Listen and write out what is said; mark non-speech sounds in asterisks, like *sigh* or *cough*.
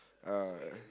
uh *noise*